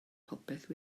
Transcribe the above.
popeth